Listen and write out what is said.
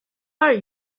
are